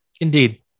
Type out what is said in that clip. Indeed